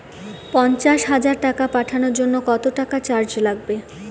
পণ্চাশ হাজার টাকা পাঠানোর জন্য কত টাকা চার্জ লাগবে?